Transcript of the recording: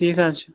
ٹھیٖک حظ چھُ